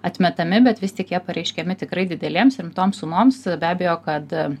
atmetami bet vis tik jie pareiškiami tikrai didelėms rimtoms sumoms be abejo kad